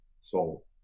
soul